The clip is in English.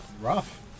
rough